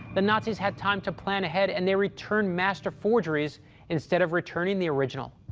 the nazis had time to plan ahead, and they returned master forgeries instead of returning the original.